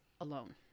alone